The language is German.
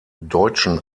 deutschen